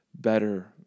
better